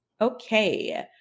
Okay